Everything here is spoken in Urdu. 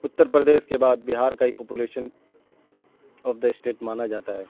اترپردیش کے بعد بہار کا ہی پاپولیشن آف دا اسٹیٹ مانا جاتا ہے